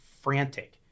frantic